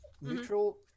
Neutral